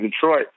Detroit